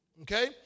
Okay